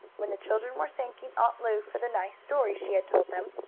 when the children were thanking aunt lu for the nice story she had told them,